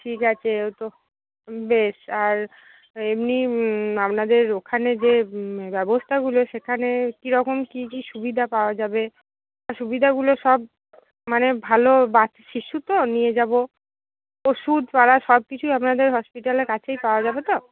ঠিক আছে ও তো বেশ আর এমনি আপনাদের ওখানে যে ব্যবস্থাগুলো সেখানে কীরকম কী কী সুবিধা পাওয়া যাবে সুবিধাগুলো সব মানে ভালো বাচ শিশু তো নিয়ে যাবো ওষুধ পাড়া সব কিছুই আপনাদের হসপিটালের কাছেই পাওয়া যাবে তো